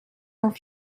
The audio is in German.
auf